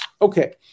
Okay